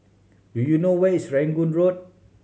do you know where is Rangoon Road